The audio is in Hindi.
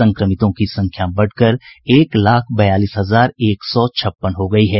संक्रमितों की संख्या बढ़कर एक लाख बयालीस हजार एक सौ छप्पन हो गयी है